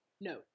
No